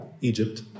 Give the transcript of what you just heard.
Egypt